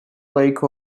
lake